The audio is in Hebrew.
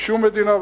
לשום מדינה,